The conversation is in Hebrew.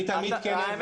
אני תמיד כן.